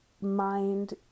mind